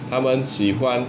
它们喜欢